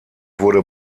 wurde